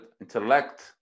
intellect